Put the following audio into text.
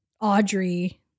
Audrey